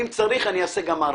צריך אני אעשה גם מרתון.